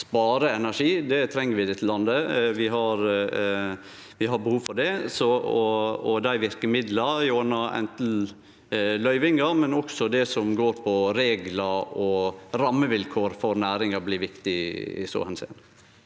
spare energi. Det treng vi i dette landet. Vi har behov for det. Dei verkemidla – gjennom løyvingar, men også det som går på reglar og rammevilkår for næringa – blir viktige i så